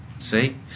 See